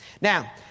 Now